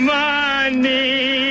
money